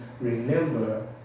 remember